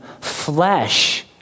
flesh